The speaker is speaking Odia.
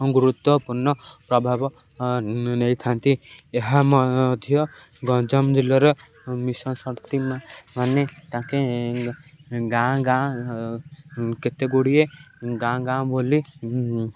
ଗୁରୁତ୍ୱପୂର୍ଣ୍ଣ ପ୍ରଭାବ ନେଇଥାନ୍ତି ଏହା ମଧ୍ୟ ଗଞ୍ଜାମ ଜିଲ୍ଲାର ମିଶନ ଶକ୍ତିମାନେ ତାଙ୍କେ ଗାଁ ଗାଁ କେତେ ଗୁଡ଼ିଏ ଗାଁ ଗାଁ ବୁଲି